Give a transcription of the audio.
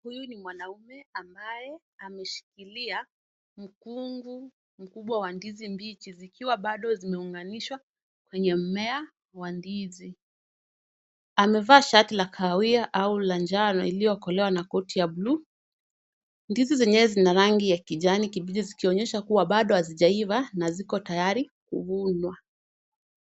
Huyu ni mwanaume, ambaye ameshikilia mkungu mkubwa wa ndizi mbichi zikiwa bado zimeunganishwa kwenye mmea wa ndizi. Amevaa shati la kahawia au la njano iliyokolewa na koti ya buluu. Ndizi zenyewe zina rangi ya kijani kibichi zikionyesha kuwa bado hazijaiva na ziko tayari kuvunwa.